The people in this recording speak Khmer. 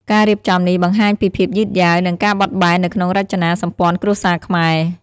ការរៀបចំនេះបង្ហាញពីភាពយឺតយាវ និងការបត់បែននៅក្នុងរចនាសម្ព័ន្ធគ្រួសារខ្មែរ។